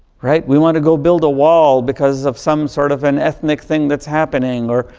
right. we want to go build a wall because of some sort of an ethnic thing that's happening or,